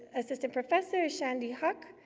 assistant professor is shandy hauk,